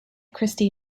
christie